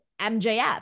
MJF